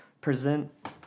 present